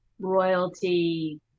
royalty